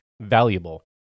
valuable